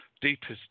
deepest